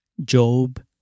Job